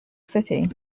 city